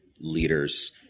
leaders